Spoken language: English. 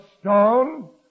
stone